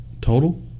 Total